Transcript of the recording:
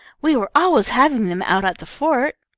we were always having them out at the fort.